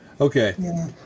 Okay